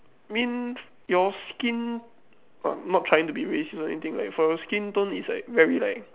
mean your skin what not trying to be racist or anything like for your skin tone is like very like